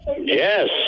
yes